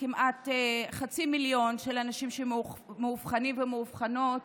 כמעט חצי מיליון אנשים שמאובחנים ומאובחנות